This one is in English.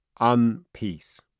unpeace